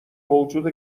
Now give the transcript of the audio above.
موجود